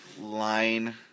line